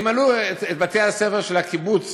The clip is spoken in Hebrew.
ימלאו את בית-הספר של הקיבוץ